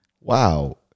wow